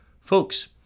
folks